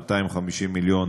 250 מיליון